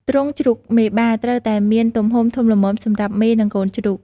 ទ្រុងជ្រូកមេបា ត្រូវតែមានទំហំធំល្មមសម្រាប់មេ និងកូនជ្រូក។